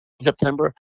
September